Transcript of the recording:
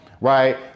right